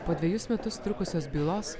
po dvejus metus trukusios bylos